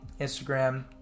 Instagram